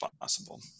possible